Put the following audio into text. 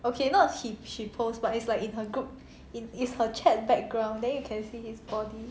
okay not he she posts but it's like in her group in her chat background then you can see his body